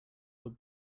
would